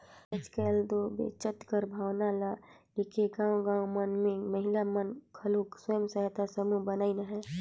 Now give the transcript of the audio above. आएज काएल दो बचेत कर भावना ल लेके गाँव गाँव मन में महिला मन घलो स्व सहायता समूह बनाइन अहें